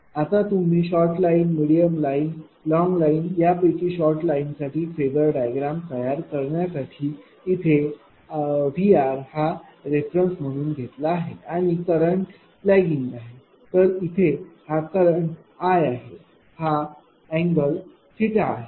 आता तुम्ही short line medium line long line यापैकी शॉर्ट लाईन साठी फेजर डायग्राम तयार करण्यासाठी इथे VRहा रेफरन्स घेतला आहे आणि करंट लैगिंग आहे तर इथे हा करंट I आहे हा अँगल आहे